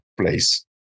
place